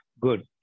good